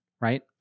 right